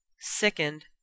sickened